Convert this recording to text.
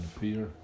fear